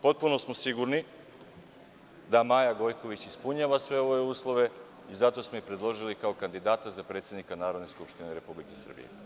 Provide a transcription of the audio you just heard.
Potpuno smo sigurni da Maja Gojković ispunjava sve ove uslove i zato smo je i predložili kao kandidata za predsednika Narodne skupštine Republike Srbije.